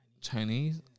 Chinese